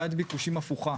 בעיית ביקושים הפוכה.